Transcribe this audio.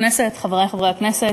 אדוני היושב-ראש, חברי חברי הכנסת,